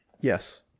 yes